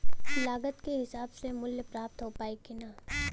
लागत के हिसाब से मूल्य प्राप्त हो पायी की ना?